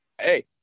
hey